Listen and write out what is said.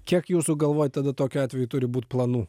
kiek jūsų galvoj tada tokiu atveju turi būt planų